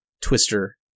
Twister